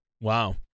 Wow